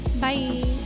Bye